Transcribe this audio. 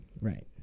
right